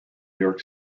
york